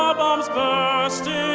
um bombs bursting